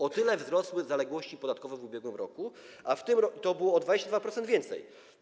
O tyle wzrosły zaległości podatkowe w ubiegłym roku, to było o 22% więcej.